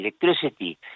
electricity